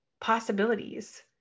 possibilities